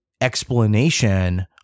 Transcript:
explanation